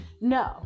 no